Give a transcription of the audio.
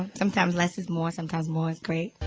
sometimes less is more, sometimes more is great!